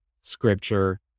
scripture